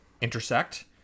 intersect